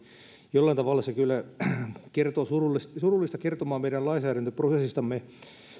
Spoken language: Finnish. jollain tavalla se on kyllä surullista surullista kertomaa meidän lainsäädäntöprosessistamme